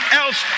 else